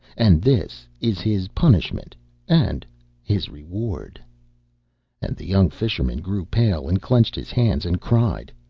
and this is his punishment and his reward and the young fisherman grew pale and clenched his hands and cried,